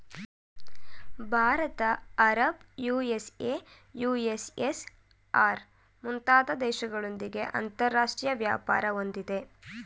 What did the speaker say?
Bharat Arab, USA, USSR, ಮುಂತಾದ ದೇಶಗಳೊಂದಿಗೆ ಅಂತರಾಷ್ಟ್ರೀಯ ವ್ಯಾಪಾರ ಹೊಂದಿದೆ